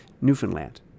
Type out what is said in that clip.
Newfoundland